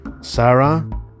Sarah